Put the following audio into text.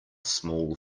small